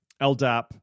LDAP